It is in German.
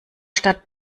stadt